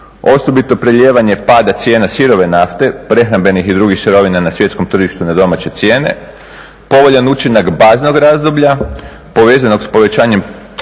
osobito prelijevanje pada cijena sirove nafte, prehrambenih i drugih sirovina na svjetskom tržištu na domaće cijene, povoljan učinak baznog razdoblja povezanog s povećanjem